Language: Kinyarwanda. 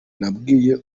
nabwiye